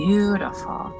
Beautiful